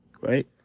right